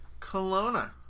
Kelowna